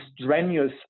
strenuous